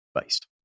Based